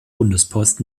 bundespost